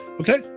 Okay